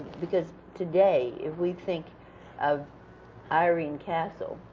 because today, if we think of irene castle,